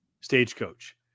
stagecoach